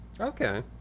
okay